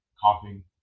coughing